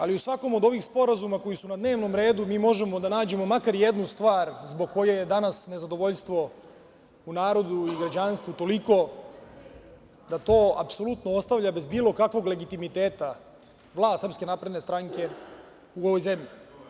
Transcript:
Ali, u svakom od ovih sporazuma koji su na dnevnom redu mi možemo da dođemo makar jednu stvar zbog koje je danas nezadovoljstvo u narodu i građanstvu toliko da to apsolutno ostavlja bez bilo kakvog legitimiteta vlast SNS u ovoj zemlji.